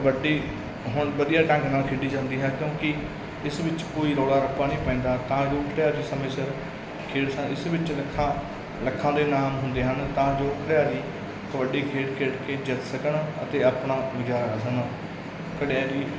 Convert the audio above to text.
ਕਬੱਡੀ ਹੁਣ ਵਧੀਆ ਢੰਗ ਨਾਲ ਖੇਡੀ ਜਾਂਦੀ ਹੈ ਕਿਉਂਕਿ ਇਸ ਵਿੱਚ ਕੋਈ ਰੌਲਾ ਰੱਪਾ ਨਹੀਂ ਪੈਂਦਾ ਤਾਂ ਜੋ ਉਲਟਿਆ ਸਮੇਂ ਸਿਰ ਖੇੜਸਾ ਇਸ ਵਿੱਚ ਲੱਖਾਂ ਲੱਖਾਂ ਦੇ ਨਾਮ ਹੁੰਦੇ ਹਨ ਤਾਂ ਜੋ ਖਿਡਾਰੀ ਕਬੱਡੀ ਖੇਡ ਖੇਡ ਕੇ ਜਿੱਤ ਸਕਣ ਅਤੇ ਆਪਣਾ ਪੂਜਾ